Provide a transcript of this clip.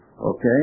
Okay